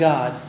God